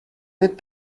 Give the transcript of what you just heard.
need